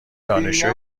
دانشجوی